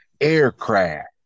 aircraft